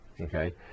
Okay